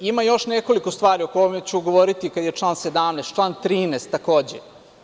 Ima još nekoliko stvari o kojima ću govoriti kada je član 17, član 13. takođe.